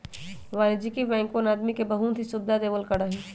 वाणिज्यिक बैंकवन आदमी के बहुत सी सुविधा देवल करा हई